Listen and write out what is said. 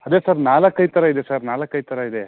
ಅದೇ ಸರ್ ನಾಲ್ಕೈದು ಥರ ಇದೆ ಸರ್ ನಾಲ್ಕೈದು ಥರ ಇದೆ